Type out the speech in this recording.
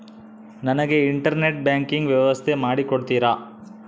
ನನಗೆ internet banking ವ್ಯವಸ್ಥೆ ಮಾಡಿ ಕೊಡ್ತೇರಾ?